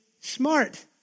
smart